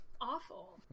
awful